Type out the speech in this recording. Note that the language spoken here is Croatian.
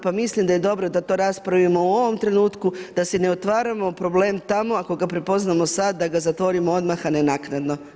Pa mislim da je dobro da to raspravimo u ovom trenutku, da si ne otvaramo problem tamo ako ga prepoznamo sad, da ga zatvorimo odmah a ne naknadno.